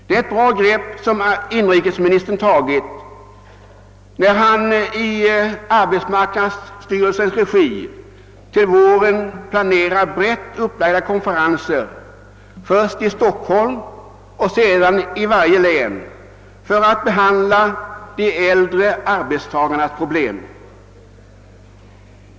Det är ett gott grepp som inrikesministern tagit när han till våren planerar brett upplagda konferenser i arbetsmarknadsstyrelsens regi, först i Stockholm och sedan i varje län, för att behandla de äldre arbetstagarnas problem.